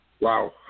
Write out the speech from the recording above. Wow